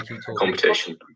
Competition